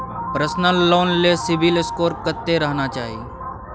Personal loan ले CIBIL score कत्ते रहना चाही?